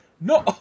No